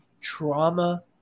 trauma